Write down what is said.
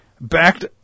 backed